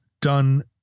done